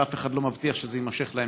ואף אחד לא מבטיח שזה יימשך,